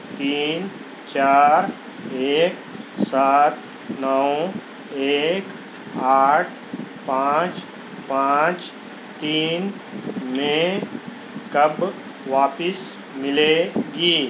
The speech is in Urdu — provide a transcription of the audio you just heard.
تین چار ایک سات نو ایک آٹھ پانچ پانچ تین میں کب واپس مِلے گی